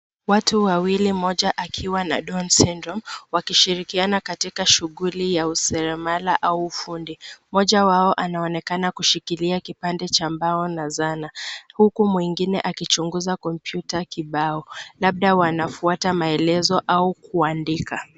Watu wawili mmoja akiwa na Down Syndrome wakishirikiana katika shughuli ya useremala au ufundi. Mmoja wao anaonekana kushikilia kipande cha mbao na zana huku mwingine akichunguza kompyuta kibao, labda wanafuata maelezo au kuandika.